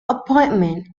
appointment